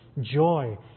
joy